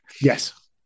Yes